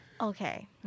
Okay